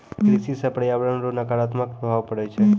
कृषि से प्रर्यावरण रो नकारात्मक प्रभाव पड़ै छै